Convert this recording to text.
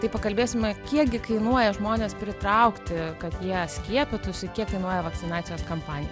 tai pakalbėsime kiekgi kainuoja žmones pritraukti kad jie skiepytųsi kiek kainuoja vakcinacijos kampanija